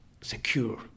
secure